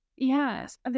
Yes